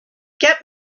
get